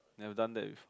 never done that before